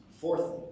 fourth